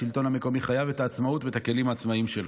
השלטון המקומי חייב את העצמאות ואת הכלים העצמאיים שלו.